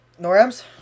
NORAMs